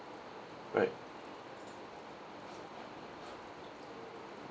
right